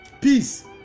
peace